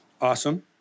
Awesome